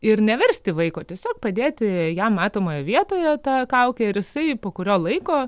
ir neversti vaiko tiesiog padėti ją matomoje vietoje tą kaukę ir jisai po kurio laiko